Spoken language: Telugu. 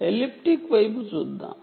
కాబట్టి ఎలిప్టిక్ వైపు చూద్దాం